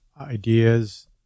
ideas